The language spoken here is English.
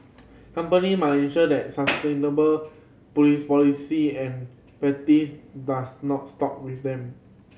company must ensure that sustainable police policy and practices does not stop with them